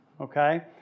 okay